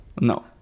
No